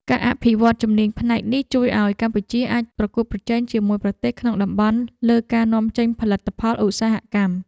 ការអភិវឌ្ឍជំនាញផ្នែកនេះជួយឱ្យកម្ពុជាអាចប្រកួតប្រជែងជាមួយប្រទេសក្នុងតំបន់លើការនាំចេញផលិតផលឧស្សាហកម្ម។